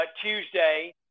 Tuesday